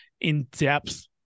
in-depth